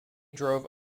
drove